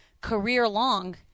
career-long